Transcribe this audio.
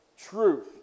truth